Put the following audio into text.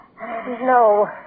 No